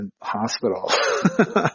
hospital